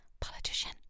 politician